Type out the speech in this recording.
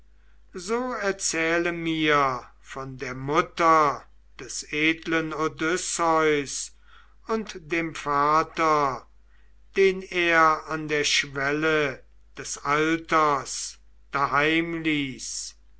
so erzähle mir von der mutter des edlen odysseus und dem vater den er an der schwelle des alters